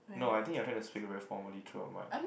no I think I try to speak very formally throughout my